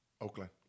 Oakland